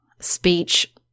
speech